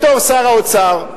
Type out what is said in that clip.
בתור שר האוצר,